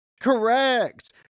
Correct